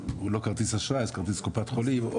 אם לא כרטיס אשראי אז כרטיס קופת חולים,